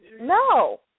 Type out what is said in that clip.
No